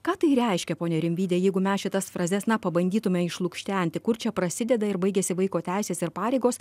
ką tai reiškia pone rimvyde jeigu mes šitas frazes na pabandytume išlukštenti kur čia prasideda ir baigiasi vaiko teisės ir pareigos